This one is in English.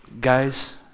Guys